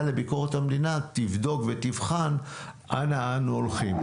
לביקורת המדינה תבדוק ותבחן אנה אנו הולכים.